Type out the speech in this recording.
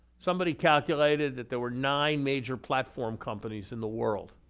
somebody calculated that there were nine major platform companies in the world.